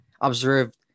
observed